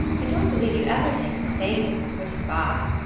i don't believe you ever think of saving or putting by.